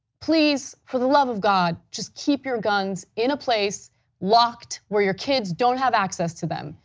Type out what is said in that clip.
please for the love of god just keep your guns in a place locked where your kids don't have access to them.